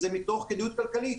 זה מתוך כדאיות כלכלית.